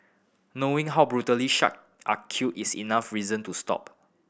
knowing how brutally shark are killed is enough reason to stop